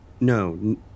no